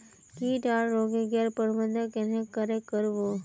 किट आर रोग गैर प्रबंधन कन्हे करे कर बो?